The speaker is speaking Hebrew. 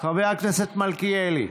חבר הכנסת מלכיאלי